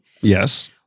Yes